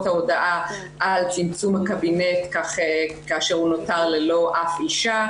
ההודעה על צמצום הקבינט כאשר הוא נותר ללא אף אישה.